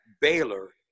Baylor